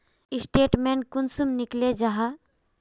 Statement कुंसम निकले जाहा?